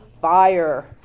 fire